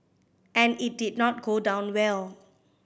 and it did not go down well